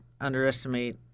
underestimate